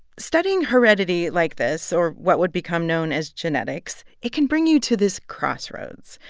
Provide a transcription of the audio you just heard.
studying heredity like this, or what would become known as genetics it can bring you to this crossroad.